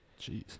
Jeez